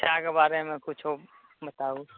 शिक्षाके बारेमे कुछो बताउ